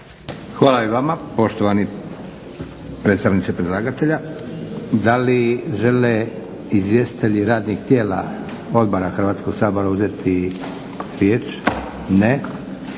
Hvala i vama poštovani predstavniče predlagatelja. Da li žele izvjestitelji radnih tijela odbora Hrvatskog sabora uzeti riječ? Ne.